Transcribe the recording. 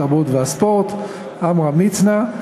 התרבות והספורט עמרם מצנע.